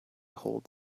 hold